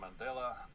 Mandela